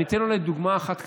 אני אתן אולי דוגמה אחת קטנה,